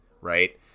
right